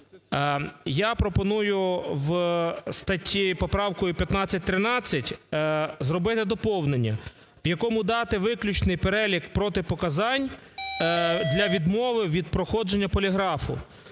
Я пропоную в статті поправкою 1513 зробити доповнення, в якому дати виключний перелік протипоказань для відмови від проходження поліграфу.